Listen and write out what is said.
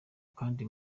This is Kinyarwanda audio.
kandi